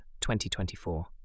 2024